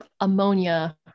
ammonia